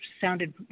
sounded